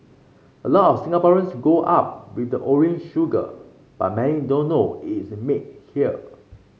a lot of Singaporeans grow up with the orange sugar but many don't know it's made here